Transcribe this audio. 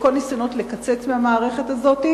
לכל הניסיונות לקצץ מהמערכת הזאת,